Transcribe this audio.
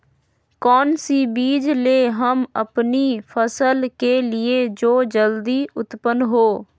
कौन सी बीज ले हम अपनी फसल के लिए जो जल्दी उत्पन हो?